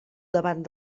davant